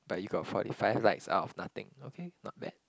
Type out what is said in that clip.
but you got forty five likes out of nothing okay not bad